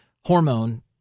hormone